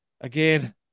Again